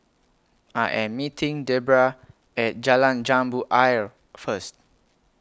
I Am meeting Debera At Jalan Jambu Ayer First